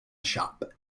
shop